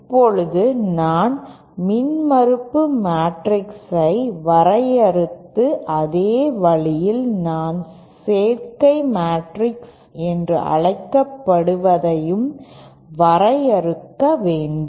இப்போது நான் மின்மறுப்பு மேட்ரிக்ஸை வரையறுத்த அதே வழியில் நான் சேர்க்கை மேட்ரிக்ஸ் என்று அழைக்கப்படுவதையும் வரையறுக்க வேண்டும்